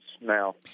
now